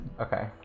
Okay